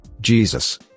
Jesus